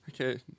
Okay